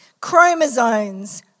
chromosomes